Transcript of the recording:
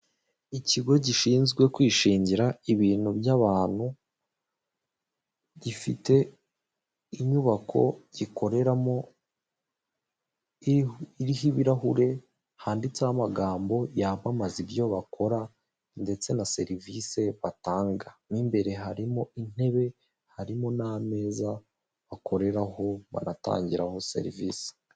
Ikigo gishinzwe kwishingira ibintu by'abantu gifite inyubako gikoreramo iriho ibirahure handitseho amagambo yamamaza ibyo bakora ndetse na serivisi batanga, mu imbere harimo intebe, harimo n'amezaza bakoreraho banatangiraho serivisi.